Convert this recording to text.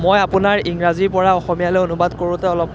মই আপোনাৰ ইংৰাজীৰ পৰা অসমীয়ালৈ অনুবাদ কৰোঁতে অলপ